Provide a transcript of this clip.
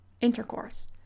intercourse